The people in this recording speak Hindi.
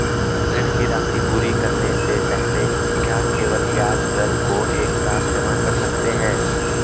ऋण की राशि पूरी करने से पहले हम क्या केवल ब्याज दर को एक साथ जमा कर सकते हैं?